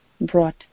brought